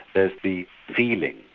there's the feeling,